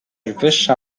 wyższa